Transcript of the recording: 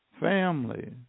family